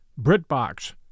BritBox